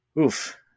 Oof